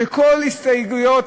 וכל הסתייגות,